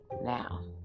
now